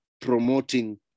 promoting